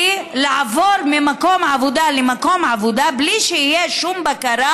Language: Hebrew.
לעבור ממקום עבודה למקום עבודה בלי שתהיה שום בקרה